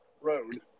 Road